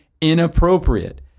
inappropriate